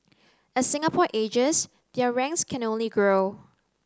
as Singapore ages their ranks can only grow